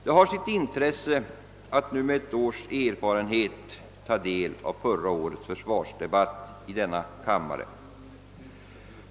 Det har sitt intresse att nu med ett års erfarenhet ta del av förra årets försvarsdebatt i denna kammare.